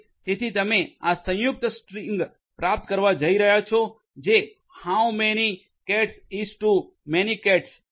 તેથી તમે આ સંયુક્ત સ્ટ્રીંગ પ્રાપ્ત કરવા જઇ રહ્યા છો જે how many cats is to many cats છે